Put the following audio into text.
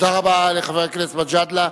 תודה רבה לחבר הכנסת מג'אדלה.